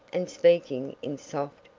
and speaking in soft,